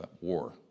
war